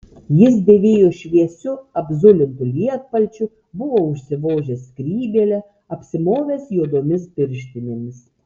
jis dėvėjo šviesiu apzulintu lietpalčiu buvo užsivožęs skrybėlę apsimovęs juodomis pirštinėmis